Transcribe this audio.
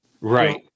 right